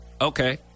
Okay